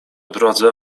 drodze